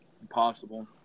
Impossible